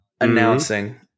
announcing